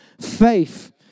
faith